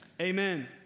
Amen